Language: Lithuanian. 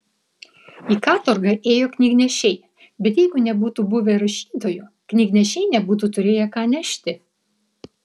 į katorgą ėjo knygnešiai bet jeigu nebūtų buvę rašytojų knygnešiai nebūtų turėję ką nešti